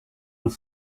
new